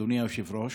אדוני היושב-ראש,